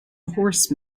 horse